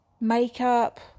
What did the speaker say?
makeup